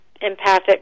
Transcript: empathic